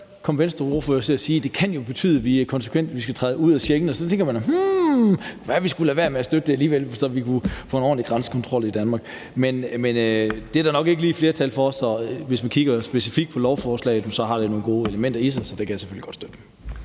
kan betyde, at vi skal træde ud af Schengen. Og så tænker man: Hm, det kunne være, at vi skulle lade være med at støtte alligevel, så vi kunne få en ordentlig grænsekontrol i Danmark. Men det er der nok ikke lige flertal for. Hvis vi kigger specifikt på beslutningsforslaget, har det nogle gode elementer i sig, så det kan jeg selvfølgelig godt støtte.